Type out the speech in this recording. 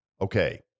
okay